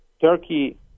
Turkey